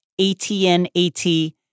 ATNAT